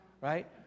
Right